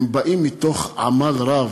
הם באים מתוך עמל רב.